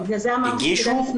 בגלל זה אמרתי --- הגישו,